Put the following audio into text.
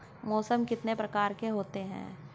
मौसम कितने प्रकार के होते हैं?